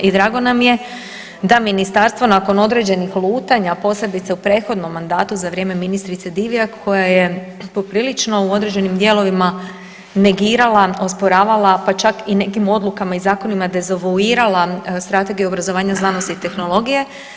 I drago nam je da ministarstvo nakon određenih lutanja, posebice u prethodnom mandatu za vrijeme ministrice Divjak koja je poprilično u određenim dijelovima negirala, osporavala, pa čak i nekim odlukama i zakonima dezavuirala strategiju obrazovanja, znanosti i tehnologije.